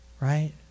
Right